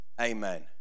Amen